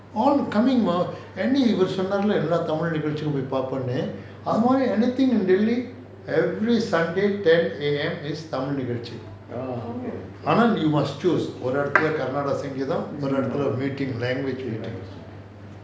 all coming என்ன இவர் சொன்னருலே எல்லா:enna ivar sonnarulae ellaa tamil நிகழ்ச்சிகளை பாப்பேன்னு அது மாரி:nigazhalchigalai paapaenu athu maari anything in delhi every sunday ten A_M is tamil நிகழ்ச்சி:nigazhchi you must choose ஒரு இடத்துல கர்நாடக சங்கீதம் ஒரு இடத்துல:oru idathula karnaadaga sangeetham oru idathula meeting language meeting